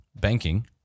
banking